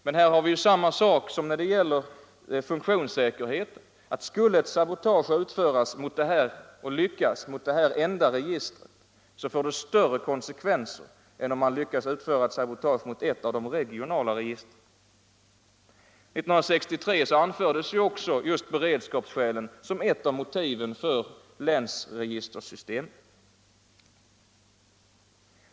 Men här gäller samma sak som beträffande funktionssäkerheten. Skulle ett sabotage utföras och lyckas mot det här enda registret, så får det större konsekvenser än om man lyckas utföra sabotage mot ett av de regionala registren. År 1963 anfördes också beredskapsskälen som ett av motiven för länsregistersystemen.